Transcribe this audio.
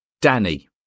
Danny